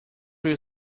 will